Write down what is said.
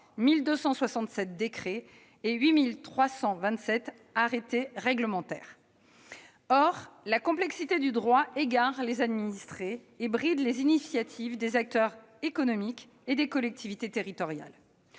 1 267 décrets et 8 327 arrêtés réglementaires. Or la complexité du droit égare les administrés et bride les initiatives des acteurs économiques et des collectivités territoriales.